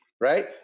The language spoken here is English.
Right